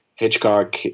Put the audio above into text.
Hitchcock